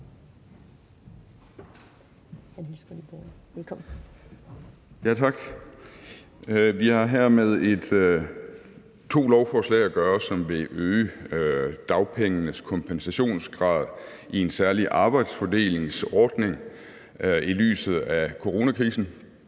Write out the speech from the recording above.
Vi har her med to lovforslag at gøre, som vil øge dagpengenes kompensationsgrad i en særlig arbejdsfordelingsordning i lyset af coronakrisen.